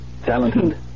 Talented